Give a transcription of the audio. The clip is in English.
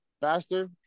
faster